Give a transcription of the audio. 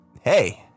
Hey